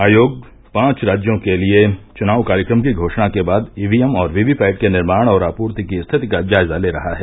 आयोग पांच राज्यों के लिए चुनाव कार्यक्रम की घोषणा के बाद ईवीएम और वीवीपैट के निर्माण और आपूर्ति की स्थिति का जायजा ले रहा है